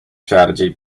strategy